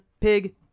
Pig